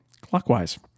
clockwise